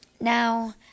Now